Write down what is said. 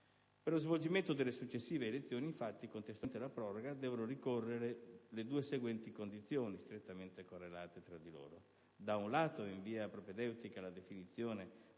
Per lo svolgimento delle successive elezioni, infatti, contestualmente alla proroga, devono ricorrere le due seguenti condizioni, strettamente correlate tra loro: